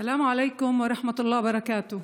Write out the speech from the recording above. סלאם עליכום, ורחמת אללה וברכתו.